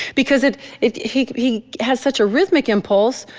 because it it he he has such a rhythmic impulse,